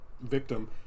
victim